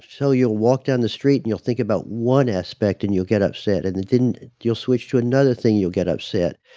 so you'll walk down the street and you'll think about one aspect and you'll get upset, and then you'll switch to another thing, you'll get upset.